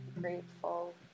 grateful